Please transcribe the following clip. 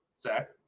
Zach